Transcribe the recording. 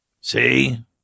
See